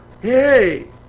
hey